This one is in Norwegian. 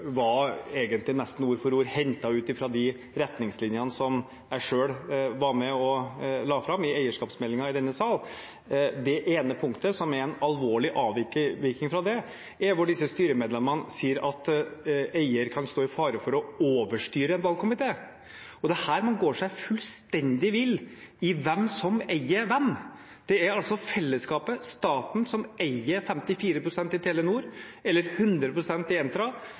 egentlig nesten ord for ord var hentet ut fra de retningslinjene som jeg selv var med og la fram i eierskapsmeldingen i denne sal. Det ene punktet som avviker alvorlig fra det, er der hvor disse styremedlemmene sier at eier kan stå i fare for å overstyre en valgkomité. Og det er her man går seg fullstendig vill i hvem som eier hvem. Det er altså fellesskapet, staten, som eier 54 pst. i Telenor, eller 100 pst. i Entra,